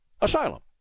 Asylum